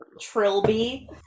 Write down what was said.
trilby